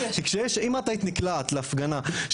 כי אם את ההיית נקלעת להפגנה.